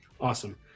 Awesome